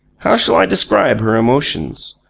how shall i describe her emotions?